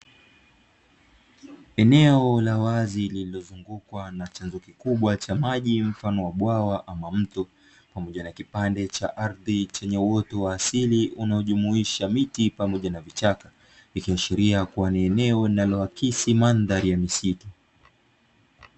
Eneo la wazi lililozungukwa na chanzo kikubwa cha maji mfano wa bwawa ama mto, pamoja na kipande cha aridhi chenye uoto wa asili unaojumuisha miti pamoja na vichaka, likiashiria kuwa eneo linalo aksi mandhari ya misitu.